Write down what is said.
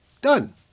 Done